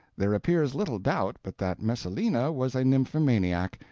there appears little doubt but that messalina was a nymphomaniac,